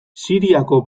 siriako